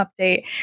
update